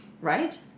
right